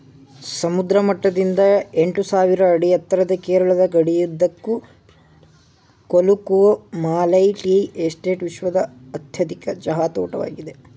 ಸಮುದ್ರ ಮಟ್ಟದಿಂದ ಎಂಟುಸಾವಿರ ಅಡಿ ಎತ್ತರದ ಕೇರಳದ ಗಡಿಯುದ್ದಕ್ಕೂ ಕೊಲುಕುಮಾಲೈ ಟೀ ಎಸ್ಟೇಟ್ ವಿಶ್ವದ ಅತ್ಯಧಿಕ ಚಹಾ ತೋಟವಾಗಿದೆ